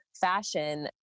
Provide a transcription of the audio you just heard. fashion